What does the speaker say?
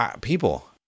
People